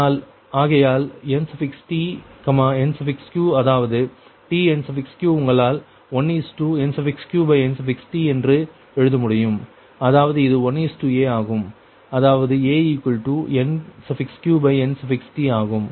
ஆகையால் Nt Nq அதாவது t Nq உங்களால் 1NqNt என்று எழுதமுடியும் அதாவது இது 1a ஆகும் அதாவது aNqNt ஆகும்